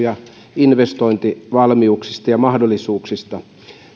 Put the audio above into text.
ja investointivalmiuksista ja mahdollisuuksista